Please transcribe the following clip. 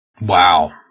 Wow